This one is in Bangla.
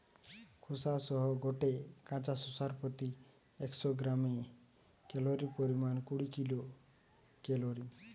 খোসা সহ গটে কাঁচা শশার প্রতি একশ গ্রামে ক্যালরীর পরিমাণ কুড়ি কিলো ক্যালরী